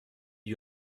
eut